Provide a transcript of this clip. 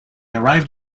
arrived